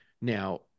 Now